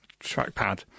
trackpad